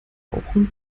rauchen